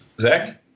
Zach